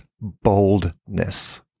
boldness